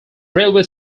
railway